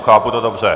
Chápu to dobře?